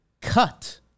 cut